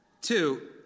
Two